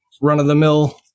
run-of-the-mill